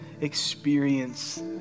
experience